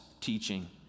teaching